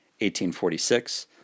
1846